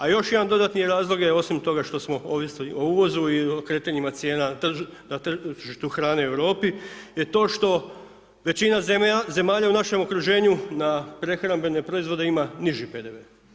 A još jedan dodatni razlog je osim toga što smo ovisili o uvozu i o kretanjima cijena na tržištu hrane u Europi je to što većina zemalja u našem okruženju na prehrambene proizvode ima niži PDV.